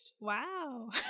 Wow